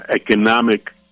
economic